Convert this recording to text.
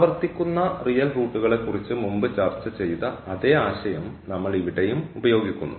ആവർത്തിക്കുന്ന റിയൽ റൂട്ട്കളെക്കുറിച്ച് മുമ്പ് ചർച്ച ചെയ്ത അതേ ആശയം നമ്മൾ ഇവിടെയും ഉപയോഗിക്കുന്നു